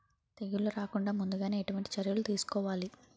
తెగుళ్ల రాకుండ ముందుగానే ఎటువంటి చర్యలు తీసుకోవాలి?